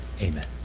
Amen